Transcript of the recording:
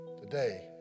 Today